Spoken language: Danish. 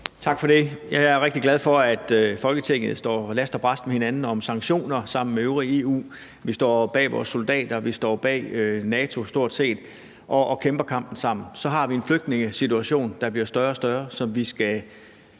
Tak for det. Jeg er rigtig glad for, at Folketinget står last og brast med hinanden om at indføre sanktioner sammen med det øvrige EU. Vi står bag vores soldater, vi står stort set bag NATO og kæmper kampen sammen. Så har vi en flygtningesituation, der bliver mere og mere alvorlig,